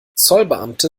zollbeamte